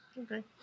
Okay